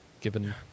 Given